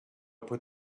put